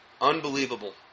Unbelievable